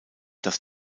dass